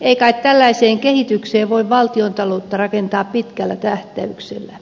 ei kai tällaiseen kehitykseen voi valtiontaloutta rakentaa pitkällä tähtäyksellä